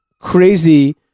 crazy